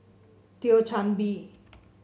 Thio Chan Bee